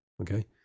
Okay